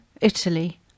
Italy